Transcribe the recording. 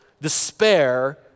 despair